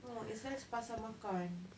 oh it's nice pasar makan